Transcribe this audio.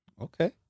Okay